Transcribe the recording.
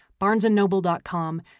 barnesandnoble.com